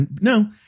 no